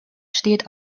steht